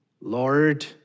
Lord